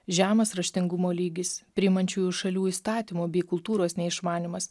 žemas raštingumo lygis priimančiųjų šalių įstatymų bei kultūros neišmanymas